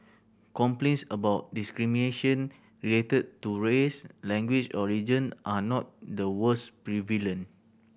complaints about discrimination related to race language or religion are not the was prevalent